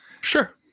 Sure